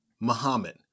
Muhammad